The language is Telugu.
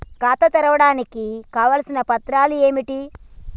ఖాతా తెరవడానికి కావలసిన పత్రాలు ఏమిటి?